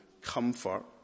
comfort